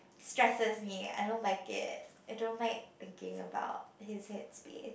stresses me I don't like it I don't like thinking about his head space